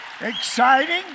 exciting